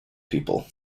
people